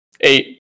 Eight